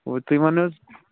اوٚتتھٕے وَن حظ